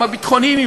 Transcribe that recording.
גם הביטחוניים,